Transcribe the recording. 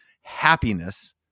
happiness